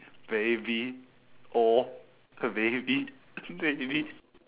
baby oh the baby the baby